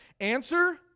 Answer